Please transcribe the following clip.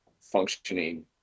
functioning